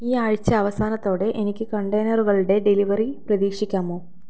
ഈ ആഴ്ച അവസാനത്തോടെ എനിക്ക് കണ്ടെയ്നറുകളുടെ ഡെലിവറി പ്രതീക്ഷിക്കാമോ